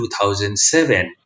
2007